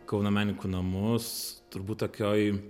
kauno menininkų namus turbūt tokioj